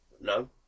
No